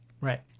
right